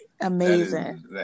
amazing